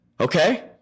Okay